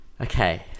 Okay